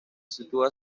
sitúa